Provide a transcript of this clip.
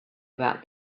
about